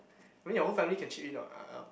I mean your whole family can chip in what uh